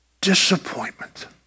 disappointment